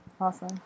Awesome